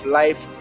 life